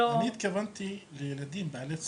לא, אני התכוונתי לילדים בעלי צרכים.